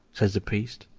says the priest.